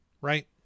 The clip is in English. right